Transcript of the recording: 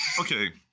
okay